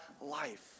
life